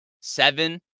seven